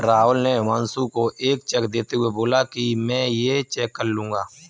राहुल ने हुमांशु को एक चेक देते हुए बोला कि मैं ये चेक कल लूँगा